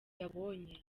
yabubonye